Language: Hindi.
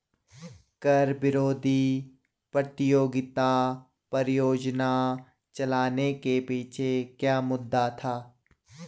कर विरोधी प्रतियोगिता परियोजना चलाने के पीछे क्या मुद्दा था?